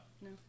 No